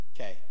Okay